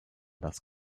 das